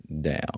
down